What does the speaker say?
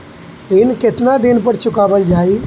ऋण केतना दिन पर चुकवाल जाइ?